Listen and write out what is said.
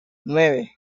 nueve